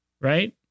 right